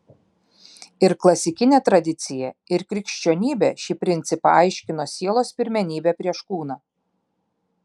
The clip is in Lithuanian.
ir klasikinė tradicija ir krikščionybė šį principą aiškino sielos pirmenybe prieš kūną